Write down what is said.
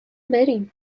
بریم